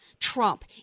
Trump